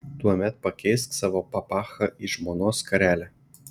tuomet pakeisk savo papachą į žmonos skarelę